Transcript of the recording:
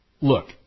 look